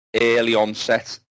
early-onset